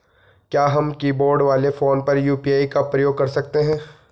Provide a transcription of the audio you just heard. क्या हम कीबोर्ड वाले फोन पर यु.पी.आई का प्रयोग कर सकते हैं?